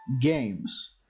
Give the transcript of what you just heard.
games